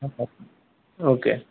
okay